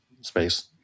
space